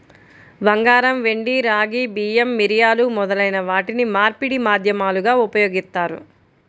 బంగారం, వెండి, రాగి, బియ్యం, మిరియాలు మొదలైన వాటిని మార్పిడి మాధ్యమాలుగా ఉపయోగిత్తారు